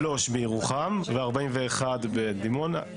שלוש בירוחם ו-41 בדימונה.